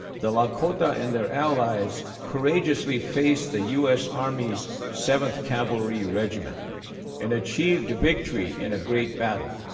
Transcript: the lakota and their allies courageously faced the u s. army's seventh cavalry regiment and achieved victory in a great battle.